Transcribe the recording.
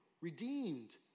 redeemed